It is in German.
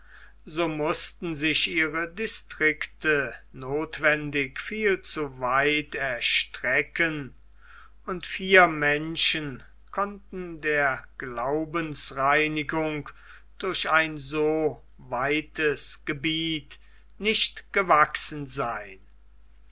so mußten sich ihre distrikte nothwendig viel zu weit erstrecken und vier menschen konnten der glaubensreinigung durch ein so weites gebiet nicht gewachsen sein